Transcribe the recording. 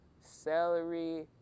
celery